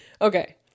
okay